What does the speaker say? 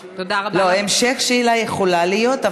המשך שאלה יכולה להיות,